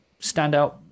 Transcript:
standout